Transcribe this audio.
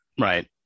right